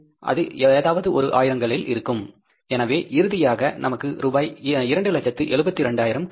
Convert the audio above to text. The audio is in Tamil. அது ஏதாவது ஒரு ஆயிரங்களில் இருக்கும் எனவே இறுதியாக நமக்கு ரூபாய் 272000 கிடைக்கும்